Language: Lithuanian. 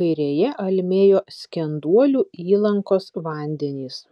kairėje almėjo skenduolių įlankos vandenys